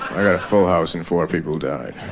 i got a full house and four people died.